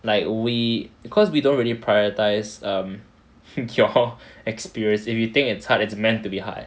like we because we don't really prioritise um your whole experience if you think it's hard it's meant to be hard